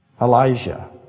Elijah